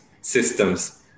systems